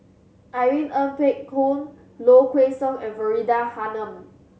Irene Ng Phek Hoong Low Kway Song and Faridah Hanum